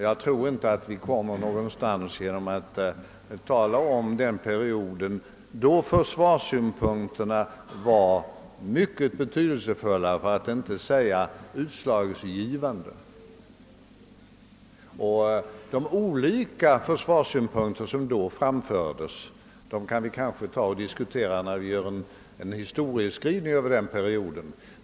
Jag tror inte att vi kommer någonstans genom att tala om den perioden, då försvarssynpunkterna var mycket betydelsefulla för att inte säga utslagsgivande. De olika försvarssynpunkter som då anlades kan vi kanske diskutera när vi kommer till historieskrivningen för denna period.